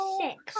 six